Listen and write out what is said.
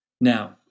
Now